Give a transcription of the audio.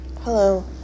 hello